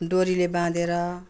डोरीले बाँधेर